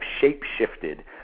shape-shifted